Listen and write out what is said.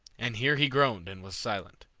and here he groaned and was silent.